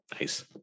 nice